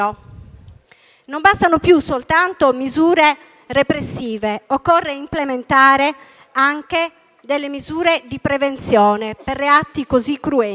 Non bastano più soltanto misure repressive. Occorre implementare anche le misure di prevenzione per reati così cruenti.